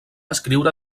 escriure